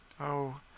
Oh